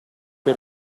per